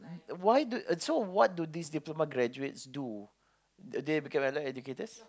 why do uh so what do this diploma graduates do they become allied educators